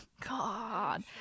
God